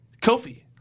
Kofi